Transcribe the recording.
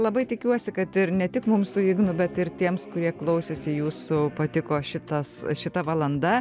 labai tikiuosi kad ir ne tik mums su ignu bet ir tiems kurie klausėsi jūsų patiko šitas šita valanda